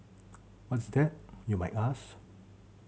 what's that you might ask